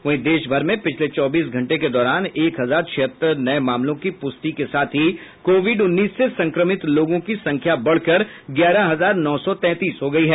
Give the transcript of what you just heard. वहीं देश भर में पिछले चौबीस घंटे के दौरान एक हजार छिहत्तर नये मामलों की प्रष्टि के साथ ही कोविड उन्नीस से संक्रमित लोगों की संख्या बढ़कर ग्यारह हजार नौ सौ तैंतीस हो गयी है